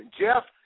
Jeff